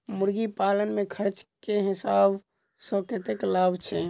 मुर्गी पालन मे खर्च केँ हिसाब सऽ कतेक लाभ छैय?